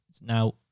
Now